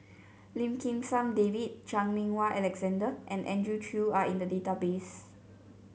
Lim Kim San David Chan Meng Wah Alexander and Andrew Chew are in the database